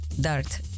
Dart